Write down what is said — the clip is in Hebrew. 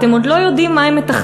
אתם עוד לא יודעים מה הם מתכננים.